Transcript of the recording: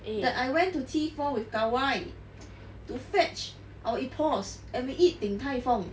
that I went to T four with ka wai to fetch our 姨婆 and we eat ding tai fung